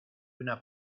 una